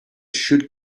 should